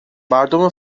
مردم